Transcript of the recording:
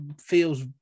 feels